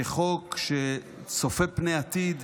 כחוק שצופה פני עתיד,